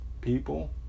people